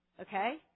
Okay